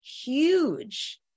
huge